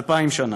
אלפיים שנה".